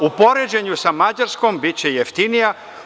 U poređenju sa Mađarskom biće jeftinija.